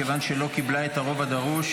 מכיוון שהיא לא קיבלה את הרוב הדרוש.